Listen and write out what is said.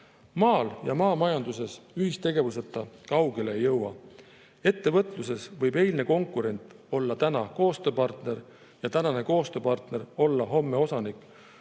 Maal ja maamajanduses ühistegevuseta kaugele ei jõua. Ettevõtluses võib eilne konkurent olla täna koostööpartner ja tänane koostööpartner võib olla homme osanik,